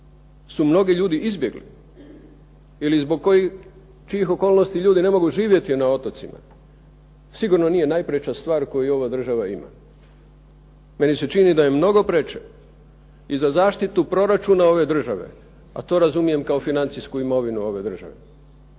su mnogi ljudi izbjegli ili zbog kojih okolnosti ne mogu živjeti na otocima, sigurno nije najprječa stvar koju ova država ima. Meni se čini da je mnogo preče i za zaštitu proračuna ove država, a to razumijem kao financijsku imovinu ove države,